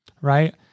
right